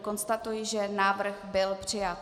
Konstatuji, že návrh byl přijat.